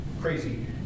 Crazy